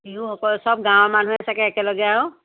বিহুসকল চব গাঁৱৰ মানুহে চাগে একেলগে আৰু